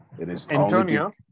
Antonio